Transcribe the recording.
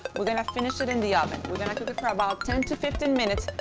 we're going to finish it in the oven. we're going to cook it for about ten to fifteen minutes,